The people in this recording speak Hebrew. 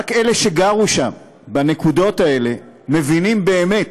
רק אלה שגרו שם, בנקודות האלה, מבינים באמת